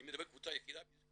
ואני מדבר על קבוצה יחידה ---,